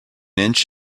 inch